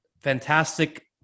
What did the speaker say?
Fantastic